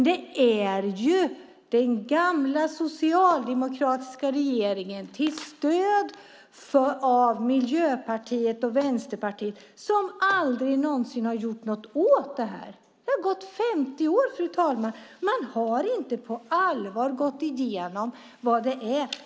Det är dock den gamla, socialdemokratiska regeringen med stöd av Miljöpartiet och Vänsterpartiet som aldrig någonsin har gjort något åt detta. Det har gått 50 år, fru talman. Man har inte på allvar gått igenom detta.